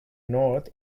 north